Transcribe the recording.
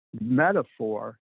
metaphor